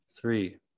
three